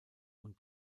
und